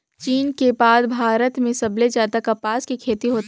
चीन के बाद भारत में सबले जादा कपसा के खेती होथे